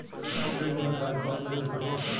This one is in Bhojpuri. उपरी जमीन खातिर कौन बीज उपयोग होखे?